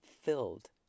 filled